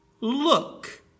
Look